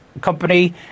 company